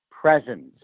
presence